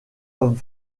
hommes